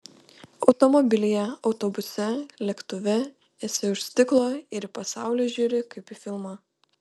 automobilyje autobuse lėktuve esi už stiklo ir į pasaulį žiūri kaip į filmą